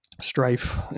strife